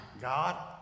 God